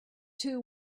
two